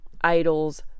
idols